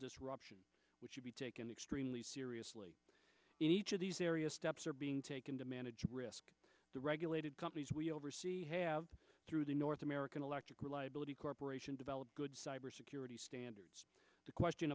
disruption which should be taken extremely seriously in each of these areas steps are being taken to manage risk the regulated companies we oversee have through the north american electric reliability corporation develop good cyber security standards the question